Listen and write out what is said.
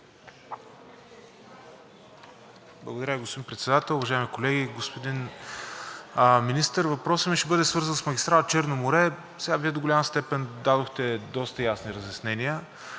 Благодаря, господин Председател. Уважаеми колеги, господин Министър! Въпросът ми ще бъде свързан с магистрала „Черно море“. Вие до голяма степен дадохте доста ясни разяснения,